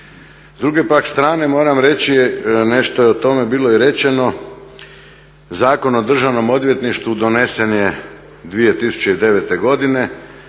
S druge pak strane moram reći nešto i o tome, bilo je rečeno Zakon o državnom odvjetništvu donesen je 2009.godine